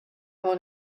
hold